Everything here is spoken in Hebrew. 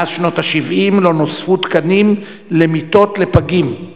מאז שנות ה-70 לא נוספו תקנים למיטות פגים,